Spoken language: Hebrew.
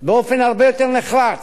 באופן הרבה יותר נחרץ,